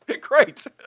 Great